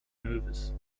nervous